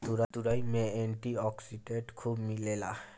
तुरई में antioxidant खूब मिलेला